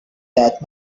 that